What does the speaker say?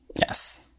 Yes